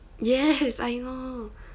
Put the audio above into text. yes I know